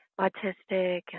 autistic